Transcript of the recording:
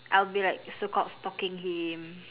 I'll be like so called stalking him